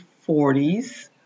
forties